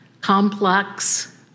complex